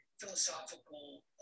philosophical